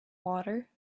water